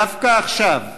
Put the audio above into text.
דווקא עכשיו,